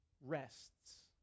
rests